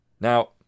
Now